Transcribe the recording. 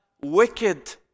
wicked